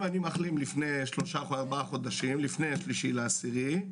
אם אני מחלים ארבעה חודשים לפני ה-3 באוקטובר?